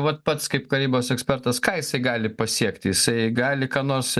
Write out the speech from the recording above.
vat pats kaip karybos ekspertas ką jisai gali pasiekti jisai gali ką nors